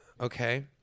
Okay